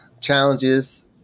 challenges